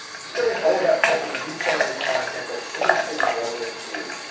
discovery's all about helping you find the content that's interesting and relevant to you,